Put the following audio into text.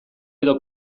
edo